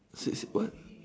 she she what